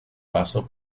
paso